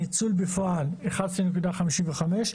הניצול בפועל 11.55,